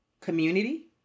community